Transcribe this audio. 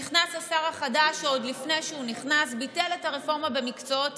נכנס השר החדש ועוד לפני שהוא נכנס ביטל את הרפורמה במקצועות